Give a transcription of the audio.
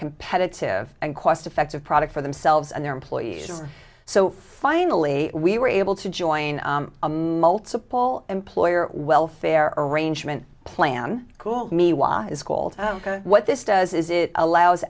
competitive and cost effective product for themselves and their employees so finally we were able to join a multiple employer welfare arrangement plan cool meihua is what this does is it allows